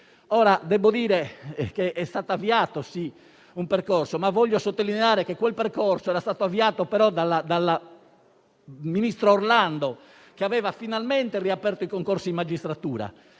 Debbo dire che è stato sì avviato un percorso, ma voglio sottolineare che quel percorso era stato avviato dal ministro Orlando, che aveva finalmente riaperto i concorsi in magistratura